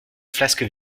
flasque